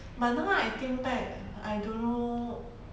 but now I think back I don't know